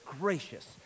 gracious